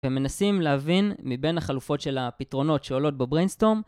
ומנסים להבין מבין החלופות של הפתרונות שעולות בבריינסטורם.